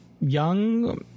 young